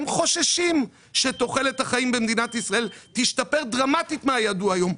הם חוששים שתוחלת החיים במדינת ישראל תשתפר דרמטית מהידוע היום.